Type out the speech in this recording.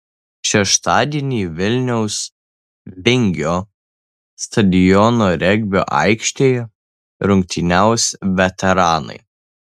šeštadienį vilniaus vingio stadiono regbio aikštėje rungtyniaus veteranai